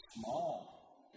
small